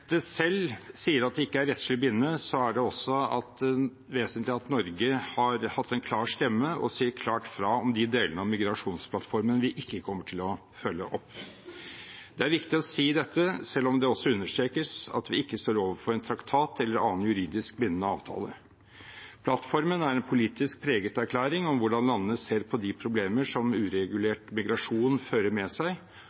oss. Selv om dokumentet selv sier at det ikke er rettslig bindende, er det også vesentlig at Norge har hatt en klar stemme og sier klart fra om de delene av migrasjonsplattformen vi ikke kommer til å følge opp. Det er viktig å si dette, selv om det også understrekes at vi ikke står overfor en traktat eller annen juridisk bindende avtale. Plattformen er en politisk preget erklæring om hvordan landene ser på de problemer som